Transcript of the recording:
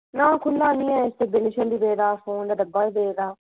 नां खुह्ल्ला निं ऐ इसदा बिल शिल बी पेदा फोन दा डब्बा बी पेदा